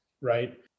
right